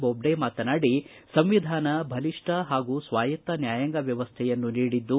ಬೊಬ್ಡೆ ಮಾತನಾಡಿ ಸಂವಿಧಾನ ಬಲಿಷ್ಠ ಹಾಗೂ ಸ್ವಾಯತ್ತ ನ್ಯಾಯಾಂಗ ವ್ಯವಸ್ಥೆಯನ್ನು ನೀಡಿದ್ದು